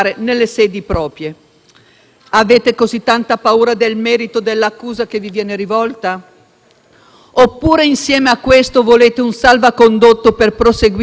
Oppure, insieme a questo, volete un salvacondotto per proseguire, come stava avvenendo in queste ore con i quarantanove migranti a bordo della nave italiana